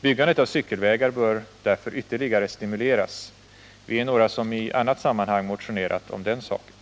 Byggandet av cykelvägar bör därför ytterligare stimuleras. Vi är några som i annat sammanhang motionerat om den saken.